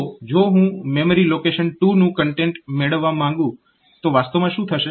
તો જો હું મેમરી લોકેશન 2 નું કન્ટેન્ટ મેળવવા માંગુ તો વાસ્તવમાં શું થશે